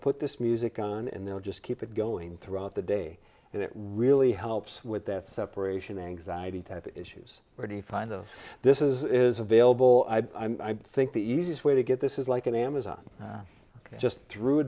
put this music on and they'll just keep it going throughout the day and it really helps with that separation anxiety type issues where the find of this is available i think the easiest way to get this is like an amazon just through